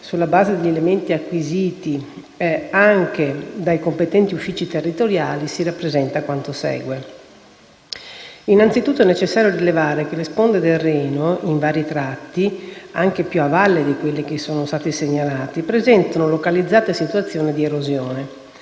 sulla base degli elementi acquisiti anche dai competenti uffici territoriali, si rappresenta quanto segue. Innanzitutto è necessario rilevare che le sponde del Reno in vari tratti, anche più a valle di quelli segnalati, presentano localizzate situazioni di erosione.